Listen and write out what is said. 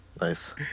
Nice